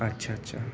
আচ্ছা আচ্ছা